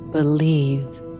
Believe